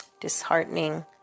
disheartening